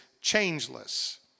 changeless